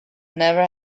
never